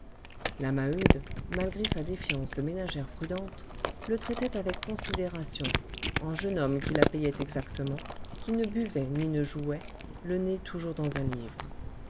la maheude malgré sa défiance de ménagère prudente le traitait avec considération en jeune homme qui la payait exactement qui ne buvait ni ne jouait le nez toujours dans un livre